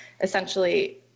Essentially